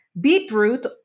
beetroot